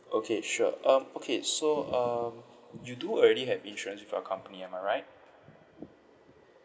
okay sure um okay so um you do already have insurance with your company am I right